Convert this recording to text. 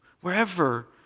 wherever